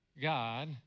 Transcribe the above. God